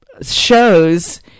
shows